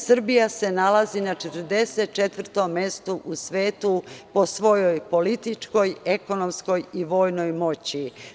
Srbija se nalazi na 44 mestu u svetu po svojoj političkoj, ekonomskoj i vojnoj moći.